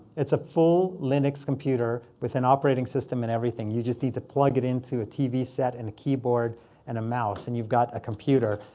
it's a full linux computer with an operating system and everything. you just need to plug it into a tv set and a keyboard and a mouse, and you've got a computer.